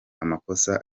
amakosa